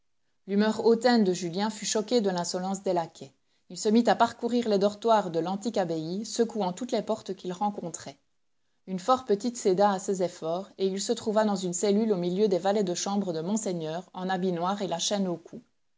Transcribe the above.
l'humeur hautaine de julien fut choquée de l'insolence des laquais il se mit à parcourir tes dortoirs de l'antique abbaye secouant toutes les portes qu'il rencontrait une fort petite céda à ses efforts et il se trouva dans une cellule au milieu des valets de chambre de monseigneur en habit noir et la chaîne au cou